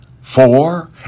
four